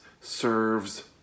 serves